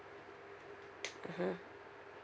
mmhmm